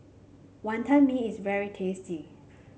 Wantan Mee is very tasty